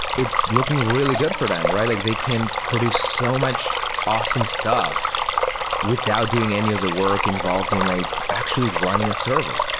it's looking really good for them, right? like they can produce so much awesome stuff without doing any of the work involved in like actually running a server.